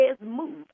move